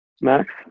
Max